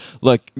Look